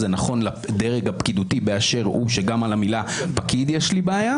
זה נכון לדרג הפקידותי באשר הוא גם עם המילה "פקיד" יש לי בעיה,